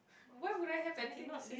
why would I have anything to say